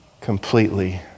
completely